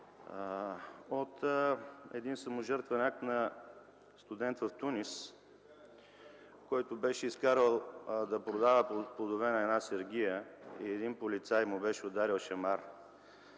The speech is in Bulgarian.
от един саможертвен акт на студент в Тунис, който беше изкарал да продава плодове на една сергия и един полицай му беше ударил шамар,